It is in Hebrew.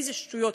איזה שטויות.